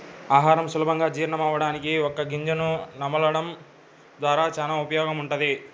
ఆహారం సులభంగా జీర్ణమవ్వడానికి వక్క గింజను నమలడం ద్వారా చానా ఉపయోగముంటది